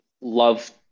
love